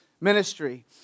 ministry